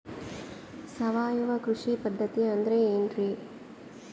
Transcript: ಸಾವಯವ ಕೃಷಿ ಪದ್ಧತಿ ಅಂದ್ರೆ ಏನ್ರಿ?